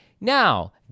Now